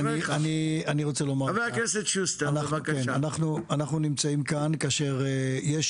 אני רוצה לומר, אנחנו נמצאים כאן כאשר יש